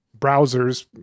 browsers